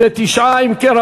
39. אם כן,